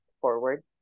forward